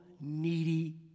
needy